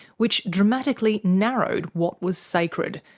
which dramatically narrowed what was sacred,